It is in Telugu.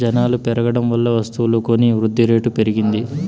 జనాలు పెరగడం వల్ల వస్తువులు కొని వృద్ధిరేటు పెరిగింది